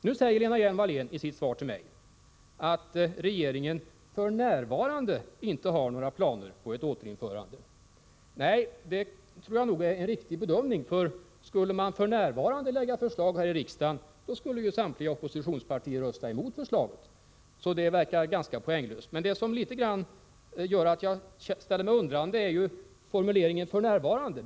Nu säger Lena Hjelm-Wallén i sitt svar till mig att regeringen f.n. inte har några planer på ett återinförande. Det tror jag nog är en riktig bedömning, för skulle det f.n. läggas fram förslag här i riksdagen, skulle ju samtliga oppositionspartier rösta emot förslaget. Så det verkar ganska poänglöst. Men det som gör att jag litet grand ställer mig undrande är formuleringen ”f.n.”.